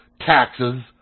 taxes